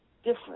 different